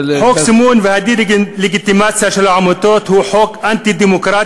חוק הסימון והדה-לגיטימציה של העמותות הוא חוק אנטי-דמוקרטי,